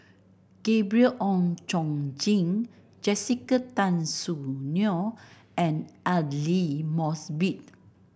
Gabriel Oon Chong Jin Jessica Tan Soon Neo and Aidli Mosbit